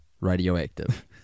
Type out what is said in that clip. radioactive